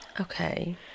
Okay